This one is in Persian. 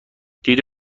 دید